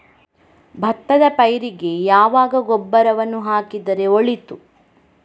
ಭತ್ತದ ಪೈರಿಗೆ ಯಾವಾಗ ಗೊಬ್ಬರವನ್ನು ಹಾಕಿದರೆ ಒಳಿತು?